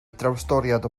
drawstoriad